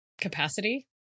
capacity